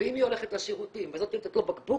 ואם היא הולכת לשירותים וזאת נותנת לו בקבוק,